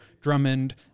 Drummond